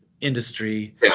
industry